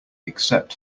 except